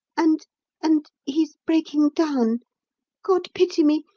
and and he's breaking down god pity me,